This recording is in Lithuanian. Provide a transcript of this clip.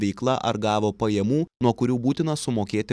veikla ar gavo pajamų nuo kurių būtina sumokėti